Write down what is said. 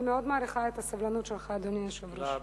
אני מאוד מעריכה את הסבלנות שלך, אדוני היושב-ראש.